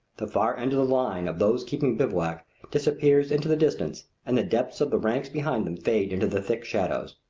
the far end of the line of those keeping bivouac disappears into the distance, and the depths of the ranks behind them fade into the thick shadows.